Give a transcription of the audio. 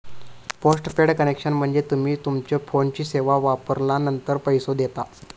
postpaid connection म्हणजे तुम्ही तुमच्यो फोनची सेवा वापरलानंतर पैसो देता